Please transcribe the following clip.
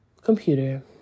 computer